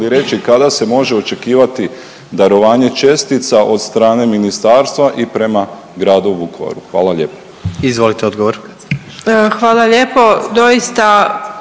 li reći kada se može očekivati darovanje čestica od strane ministarstva i prema gradu Vukovaru? Hvala lijepo. **Jandroković, Gordan